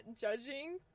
judging